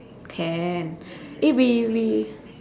can eh we we